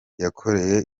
yakoreye